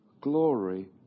Glory